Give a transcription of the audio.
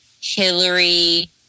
Hillary